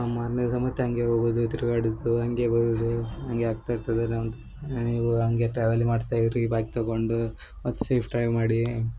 ಆ ಮಾರನೇ ದಿವಸ ಮತ್ತೆ ಹಂಗೆ ಹೋಗುದು ತಿರ್ಗಾಡೋದು ಹಂಗೆ ಬರುವುದು ಹಂಗೆ ಆಗ್ತಾ ಇರ್ತದಲ್ಲ ಹಂಗೆ ಟ್ರಾವೆಲಿ ಮಾಡ್ತಾ ಇರಿ ಬೈಕ್ ತಗೊಂಡು ಮತ್ತು ಸೇಫ್ ಡ್ರೈವ್ ಮಾಡಿ